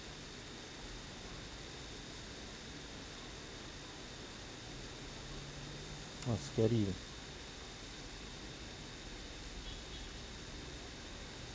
!wah! scary leh